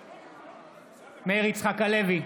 בעד מאיר יצחק הלוי,